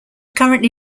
currently